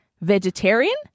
vegetarian